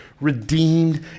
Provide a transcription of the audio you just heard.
redeemed